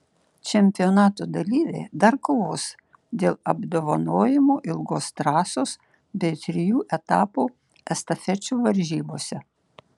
čempionato dalyviai dar kovos dėl apdovanojimų ilgos trasos bei trijų etapų estafečių varžybose